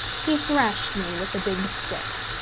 he thrashed me with a big stick.